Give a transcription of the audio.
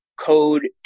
code